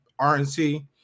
RNC